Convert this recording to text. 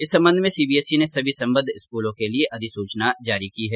इस संबंध में सीबीएसई ने सभी संबद्ध स्कूलों के लिए अधिसूचना जारी कर दी है